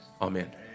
Amen